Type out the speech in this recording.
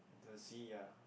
the sea ya